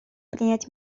принять